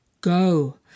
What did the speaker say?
Go